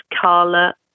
Carla